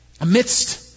amidst